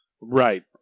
Right